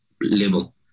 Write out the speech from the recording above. level